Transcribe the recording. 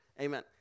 Amen